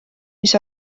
mis